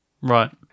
Right